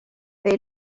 they